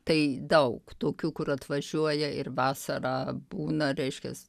tai daug tokių kur atvažiuoja ir vasarą būna reiškias